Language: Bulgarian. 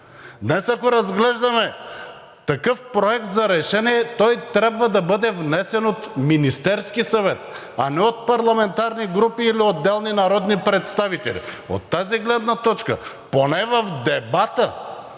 Днес, ако разглеждаме такъв проект за решение, той трябва да бъде внесен от Министерския съвет, а не от парламентарни групи или отделни народни представители. От тази гледна точка поне в дебата